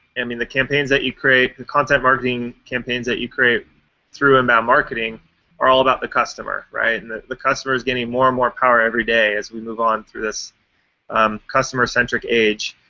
i mean, the campaigns that you create the content marketing campaigns that you create through inbound marketing are all about the customer, right? and the the customer is getting more and more power every day as we move on through this um customer-centric age.